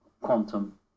quantum